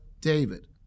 David